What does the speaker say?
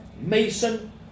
Mason